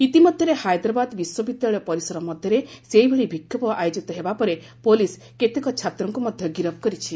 ଇତିମଧ୍ୟରେ ହାଇଦ୍ରାବାଦ ବିଶ୍ୱବିଦ୍ୟାଳୟ ପରିସର ମଧ୍ୟରେ ସେହିଭଳି ବିକ୍ଷୋଭ ଆୟୋଜିତ ହେବା ପରେ ପୁଲିସ୍ କେତେକ ଛାତ୍ରଙ୍କୁ ମଧ୍ୟ ଗିରଫ୍ କରିଛି